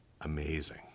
amazing